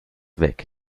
weg